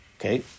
Okay